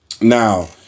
Now